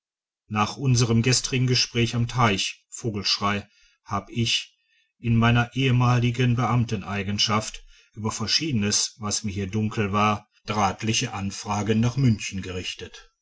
nach unserem gestrigen gespräch am teich vogelschrey habe ich in meiner ehemaligen beamteneigenschaft über verschiedenes was mir hier dunkel war drahtliche anfragen nach münchen gerichtet